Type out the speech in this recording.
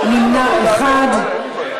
חברים, בעד הצעת החוק, 33, נגד, 11, נמנע אחד.